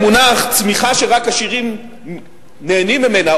המונח צמיחה שרק עשירים נהנים ממנה,